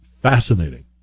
fascinating